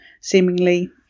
seemingly